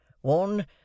one